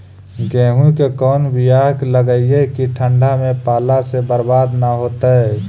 गेहूं के कोन बियाह लगइयै कि ठंडा में पाला से बरबाद न होतै?